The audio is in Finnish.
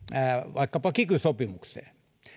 kiky sopimukseen